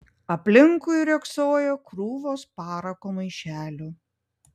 aplinkui riogsojo krūvos parako maišelių